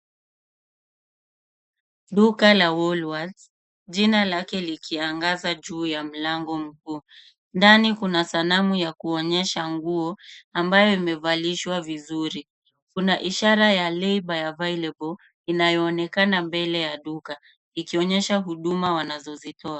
Duka la Woolworths. Jina lake likiangaza juu ya mlango. Ndani kuna sanamu ya kuonyesha nguo ambayo imevalishwa vizuri. Kuna ishara ya labor available inayoonekana mbele ya duka ikionyesha huduma wanazozitoa.